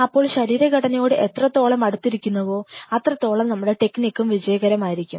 അപ്പോൾ ശരീരഘടനയോട് എത്രത്തോളം ഓളം അടുത്തിരിക്കുന്നുവോ അത്രത്തോളം നമ്മുടെ ടെക്നിക്കും വിജയകരമായിരിക്കും